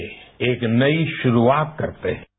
आइये एक नई शुरूआत करते है